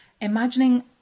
imagining